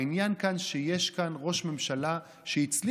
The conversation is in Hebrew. העניין כאן שיש כאן ראש ממשלה שהצליחו,